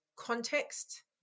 context